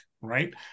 right